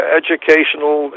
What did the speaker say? educational